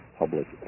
public